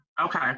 Okay